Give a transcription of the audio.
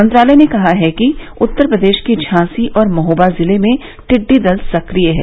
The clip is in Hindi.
मंत्रालय ने कहा है कि उत्तर प्रदेश के झाँसी और महोबा जिले में टिड्डी दल सक्रिय है